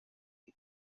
you